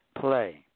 Play